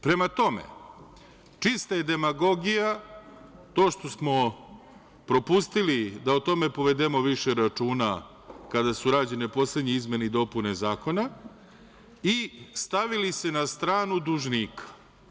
Prema tome, čista je demagogija to što smo propustili da o tome povedemo više računa kada su rađene poslednje izmene i dopune zakona i stavili se na stranu dužnika.